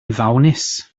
ddawnus